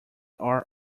are